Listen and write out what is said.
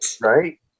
Right